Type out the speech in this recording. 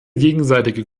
gegenseitige